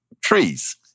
trees